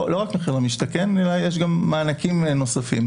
לא רק מחיר למשתכן אלא יש גם מענקים נוספים.